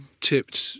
tipped